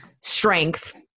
strength